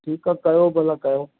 ठीकु आहे कयो भला कयो